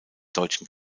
deutschen